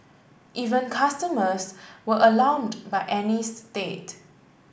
even customers were alarmed by Annie's state